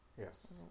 Yes